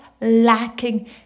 lacking